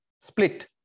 split